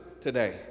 today